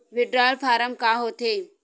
Withdrawal form का होथे?